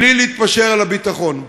בלי להתפשר על הביטחון.